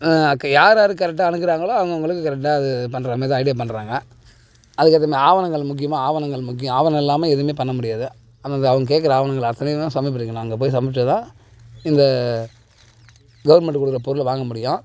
அக் யார் யார் கரெக்டாக அணுகுறாங்களோ அவங்கவுங்களுக்கு கரெக்டாக அது பண்ணுற மாதிரி தான் ஐடியா பண்ணுறாங்க அதுக்கடுத்தது ஆவணங்கள் முக்கியமாக ஆவணங்கள் முக்கியம் ஆவணம் இல்லாமல் எதுவுமே பண்ண முடியாது அதாவது அவங்க கேட்குற ஆவணங்கள் அத்தனையுமே சம்மிட் பண்ணிக்கணும் அங்கேப்போய் சமிட் பண்ணால் தான் இந்த கவுர்மெண்ட் கொடுக்குற பொருளை வாங்க முடியும்